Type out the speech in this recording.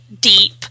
deep